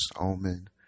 Omen